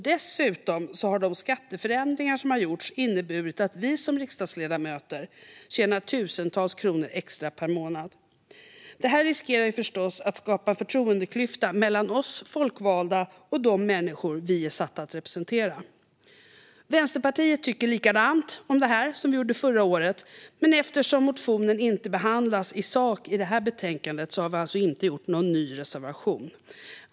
Dessutom har de skatteförändringar som gjorts inneburit att vi som riksdagsledamöter tjänar tusentals kronor extra per månad. Det riskerar förstås att skapa en förtroendeklyfta mellan oss folkvalda och de människor vi är satta att representera. Vänsterpartiet tycker likadant om detta som vi gjorde förra året. Men eftersom motionen inte behandlas i sak i betänkandet har vi inte gjort någon ny reservation.